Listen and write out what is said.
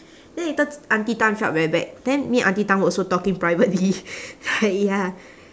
then later auntie tan felt very bad then me and auntie tan were also talking privately like ya